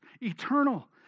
Eternal